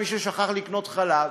ומישהו שכח לקנות חלב,